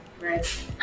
right